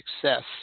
success